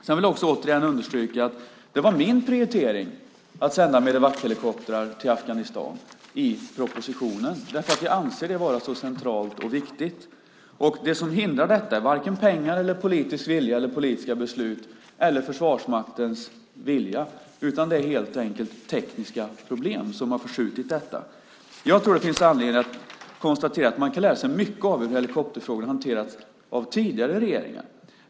Jag vill återigen understryka att det var min prioritering att i propositionen föreslå att sända Medevachelikoptrar till Afghanistan, därför att vi anser det vara så centralt och viktigt. Det som hindrar detta är varken pengar, politisk vilja, politiska beslut eller Försvarsmaktens vilja, utan det är helt enkelt tekniska problem som har förskjutit detta. Jag tror att det finns anledning att konstatera att man kan lära sig mycket av hur helikopterfrågorna har hanterats av tidigare regeringar.